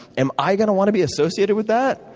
am i going to want to be associated with that?